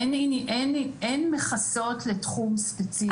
אין מכסות לתחום ספציפי.